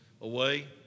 away